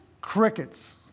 Crickets